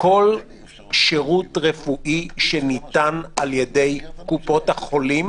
כל שירות רפואי שניתן על ידי קופות החולים,